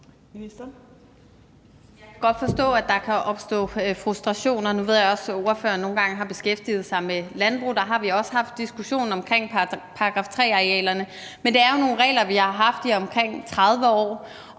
Jeg kan godt forstå, at der kan opstå frustrationer. Nu ved jeg også, at ordføreren nogle gange har beskæftiget sig med landbrug, og der har vi også haft diskussionen om § 3-arealerne, men det er jo nogle regler, vi har haft i omkring 30 år,